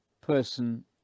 person